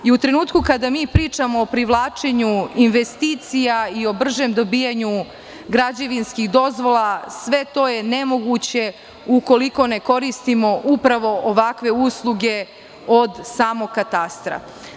U trenutku kada mi pričamo o privlačenju investicija i o bržem dobijanju građevinskih dozvola, sve to je nemoguće ukoliko ne koristimo upravo ovakve usluge od samog katastra.